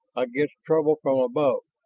against trouble from above.